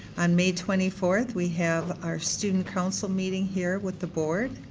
on may twenty four we have our student council meeting here with the board.